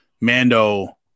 Mando